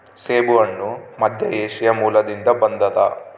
ಸೇಬುಹಣ್ಣು ಮಧ್ಯಏಷ್ಯಾ ಮೂಲದಿಂದ ಬಂದದ